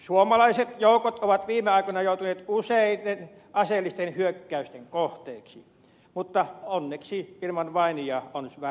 suomalaiset joukot ovat viime aikoina joutuneet useiden aseellisten hyökkäysten kohteeksi mutta onneksi ilman vainajia on selvitty